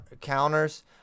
Counters